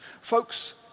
Folks